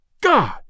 God